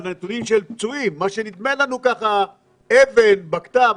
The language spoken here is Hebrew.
מהנתונים של הפצועים מאבן או בקת"ב...